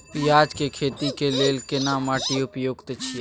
पियाज के खेती के लेल केना माटी उपयुक्त छियै?